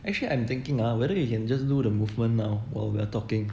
actually I'm thinking whether you can just do the movement now while we're talking